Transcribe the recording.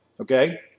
okay